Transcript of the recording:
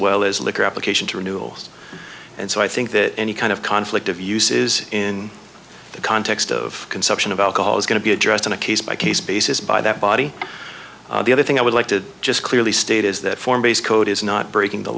well as liquor application to renewals and so i think that any kind of conflict of use is in the context of consumption of alcohol is going to be addressed on a case by case basis by that body the other thing i would like to just clearly state is that form based code is not breaking the